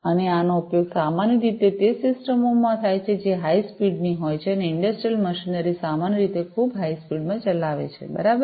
અને આનો ઉપયોગ સામાન્ય રીતે તે સિસ્ટમોમાં થાય છે જે હાઇ સ્પીડની હોય છે અને ઇંડસ્ટ્રિયલ મશીનરી સામાન્ય રીતે ખૂબ હાઇ સ્પીડમાં ચલાવે છે બરાબર